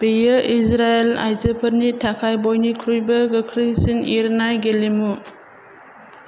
बेयो इजराइल आयजोफोरनि थाखाय बयनिख्रुइबो गोख्रैसिन एरनाय गेलेमु